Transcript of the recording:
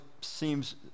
seems